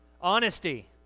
Honesty